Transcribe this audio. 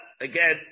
Again